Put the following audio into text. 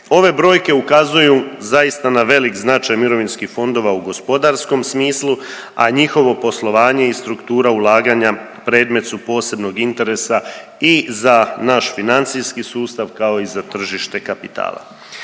Ove brojke ukazuju zaista na velik značaj mirovinskih fondova u gospodarskom smislu, a njihovo poslovanje i struktura ulaganja predmet su posebnog interesa i za naš financijski sustav kao i za tržište kapitala.